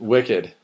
Wicked